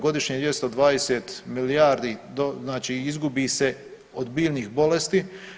Godišnje 220 milijardi znači izgubi se od biljnih bolesti.